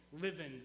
living